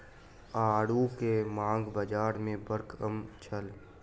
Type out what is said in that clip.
आड़ू के मांग बाज़ार में बड़ कम छल